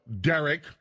Derek